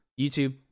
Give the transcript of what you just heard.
YouTube